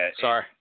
Sorry